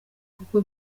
kuko